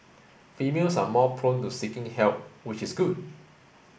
females are more prone to seeking help which is good